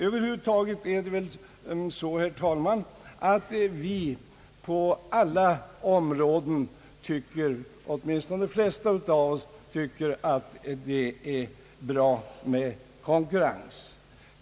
Över huvud taget är det väl så, herr talman, att åtminstone de flesta av oss tycker att det är bra med konkurrens på alla områden.